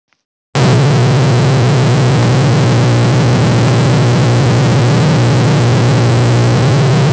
प्राकृतिक आपदा से फसल खराब होने के बाद तुमको बीमा का फायदा मिल जाएगा